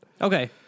Okay